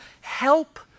help